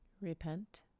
Repent